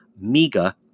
MEGA